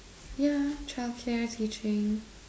yeah childcare teaching